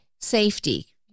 safety